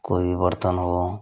कोई बर्तन हो